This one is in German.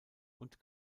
und